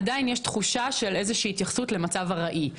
עדיין יש תחושה של איזושהי התייחסות למצב ארעי.